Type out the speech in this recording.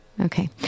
Okay